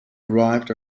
derived